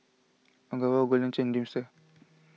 Ogawa Golden Churn Dreamster